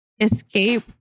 escape